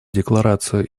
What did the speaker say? декларацию